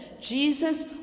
Jesus